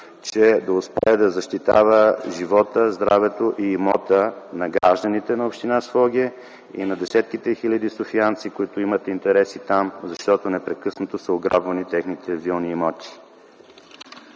че да успее да защитава живота, здравето и имота на гражданите на община Своге и на десетките хиляди софиянци, които имат интереси там. Защото техните вилни имоти